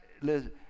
listen